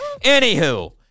Anywho